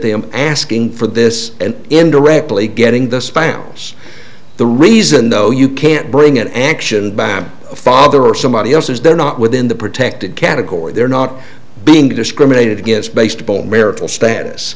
them asking for this and indirectly getting the spammer's the reason though you can't bring an action bam father or somebody else's they're not within the protected category they're not being discriminated against based ball marital status